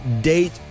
Date